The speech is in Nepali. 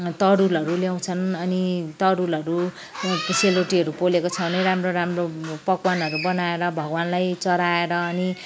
तरुलहरू ल्याउँछन् अनि तरुलहरू त्यहाँ त्यो सेलरोटीहरू पोलेको छ भने राम्रो राम्रो पकवानहरू बनाएर भगवानलाई चढाएर अनि